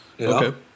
Okay